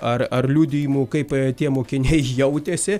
ar ar liudijimų kaip tie mokiniai jautėsi